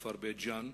בית-ג'ן,